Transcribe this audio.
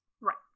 right